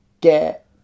get